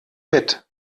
mit